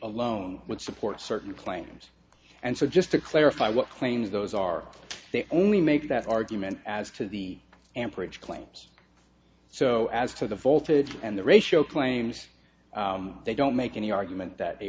alone would support certain claims and so just to clarify what claims those are they only make that argument as to the amperage claims so as to the voltage and the ratio claims they don't make any argument that the